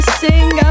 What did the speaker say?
sing